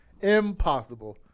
Impossible